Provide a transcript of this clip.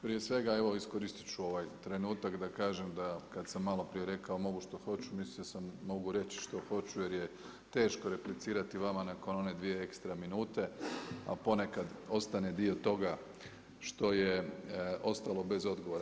Prije svega, evo iskoristi ću ovaj trenutak da kažem da kad sam maloprije rekao mogu što hoću, mislio sam mogu reći što hoću jer je teško replicirati vama nakon one dvije ekstra minute a ponekad ostane dio toga što je ostalo bez odgovora.